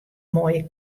moaie